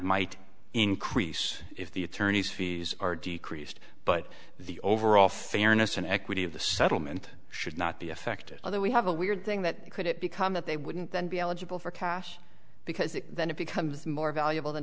might increase if the attorneys fees are decreased but the overall fairness and equity of the settlement should not be affected although we have a weird thing that could it become that they wouldn't then be eligible for cash because then it becomes more valuable than